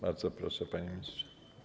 Bardzo proszę, panie ministrze.